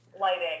lighting